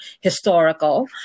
historical